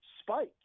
spike